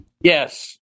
Yes